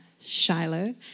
Shiloh